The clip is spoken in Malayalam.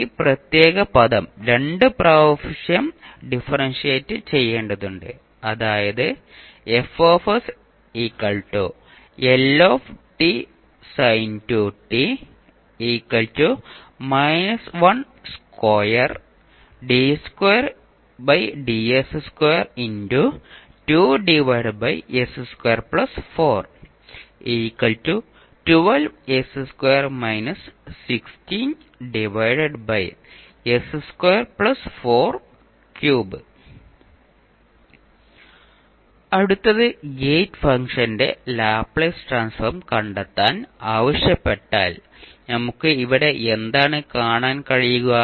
ഈ പ്രത്യേക പദം രണ്ട് പ്രാവശ്യം ഡിഫറൻഷിയേഷറ്റ്ചെയ്യേണ്ടതുണ്ട് അതായത് അടുത്തത് ഗേറ്റ് ഫംഗ്ഷന്റെ ലാപ്ലേസ് ട്രാൻസ്ഫോം കണ്ടെത്താൻ ആവശ്യപ്പെട്ടാൽ നമുക്ക് ഇവിടെ എന്താണ് കാണാൻ കഴിയുക